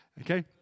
Okay